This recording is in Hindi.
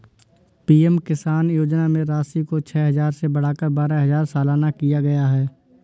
पी.एम किसान योजना में राशि को छह हजार से बढ़ाकर बारह हजार सालाना किया गया है